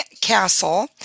Castle